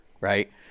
right